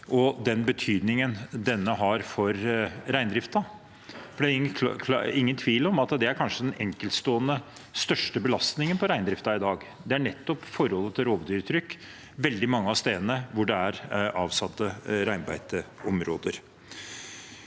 og betydningen det har for reindriften. Det er ingen tvil om at det kanskje er den enkeltstående største belastningen på reindriften i dag. Det handler nettopp om forholdet til rovdyrtrykk veldig mange av stedene hvor det er avsatt reinbeiteområder.